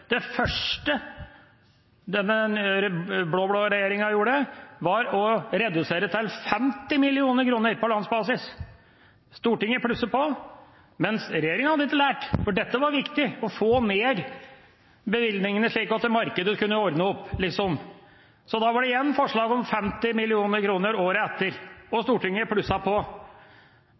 Det første den blå-blå regjeringa gjorde, var å redusere til 50 mill. kr på landsbasis. Stortinget plusset på. Men regjeringa hadde ikke lært, for det var viktig å få ned bevilgningene, slik at markedet liksom kunne ordne opp. Det var igjen forslag om 50 mill. kr året etter – og Stortinget plusset på.